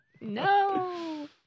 No